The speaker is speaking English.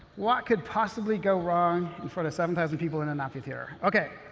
what could possibly go wrong in front of seven thousand people in an amphitheater? okay.